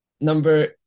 Number